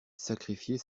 sacrifier